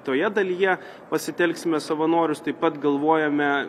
toje dalyje pasitelksime savanorius taip pat galvojame